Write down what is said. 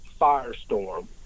firestorm